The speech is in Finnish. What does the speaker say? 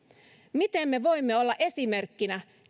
miten me voimme olla esimerkkinä